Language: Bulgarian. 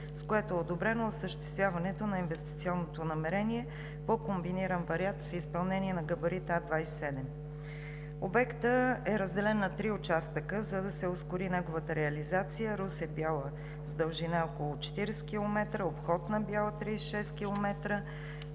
с което е одобрено осъществяването на инвестиционно намерение по комбиниран вариант, с изпълнение на габарит А 27. Обектът е разделен на три участъка, за да се ускори неговата реализация: Русе – Бяла с дължина около 40 км; Обход на град